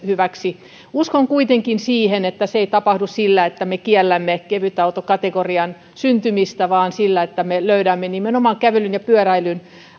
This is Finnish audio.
hyväksi uskon kuitenkin siihen että se ei tapahdu sillä että me kiellämme kevytautokategorian syntymistä vaan sillä että me löydämme nimenomaan kävelyn ja pyöräilyn